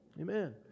Amen